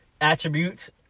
Attributes